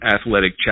athletic